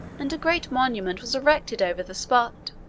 and a great monument was erected over the spot.